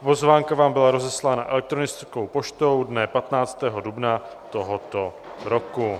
Pozvánka vám byla rozeslána elektronickou poštou dne 15. dubna tohoto roku.